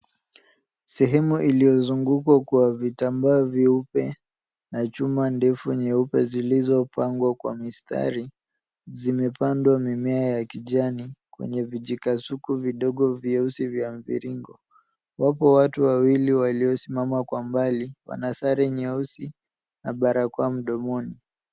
Sehemu iliyozungukwa kwa vitambaa vyeupe na chuma ndefu nyeupe zilizopangwa kwa mistari, zimepandwa mimea ya kijani kwenye vijikasuku vidogo vyeusi vya mviringo. Wapo watu wawili waliosimama kwa mbali, wana sare nyeusi na barakoa mdomoni.